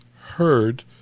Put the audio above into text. heard